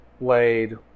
laid